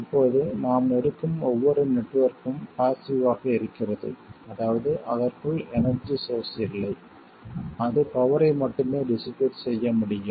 இப்போது நாம் எடுக்கும் ஒவ்வொரு நெட்வொர்க்கும் பாஸ்ஸிவ் ஆக இருக்கிறது அதாவது அதற்குள் எனர்ஜி சோர்ஸ் இல்லை அது பவரை மட்டுமே டிஸ்ஸிபேட் செய்ய முடியும்